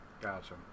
Gotcha